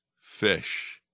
fish